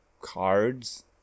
cards